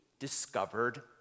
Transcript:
discovered